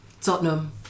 Tottenham